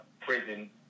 prison